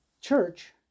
church